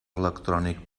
electrònic